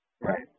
Right